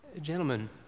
gentlemen